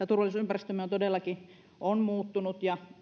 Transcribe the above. turvallisuusympäristömme on todellakin muuttunut ja